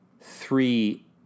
three